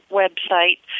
website